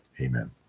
Amen